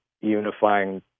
unifying